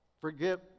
forgive